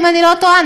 אם אני לא טועה,